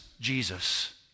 Jesus